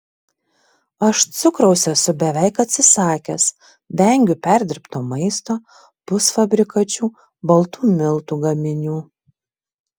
aš cukraus esu beveik atsisakęs vengiu perdirbto maisto pusfabrikačių baltų miltų gaminių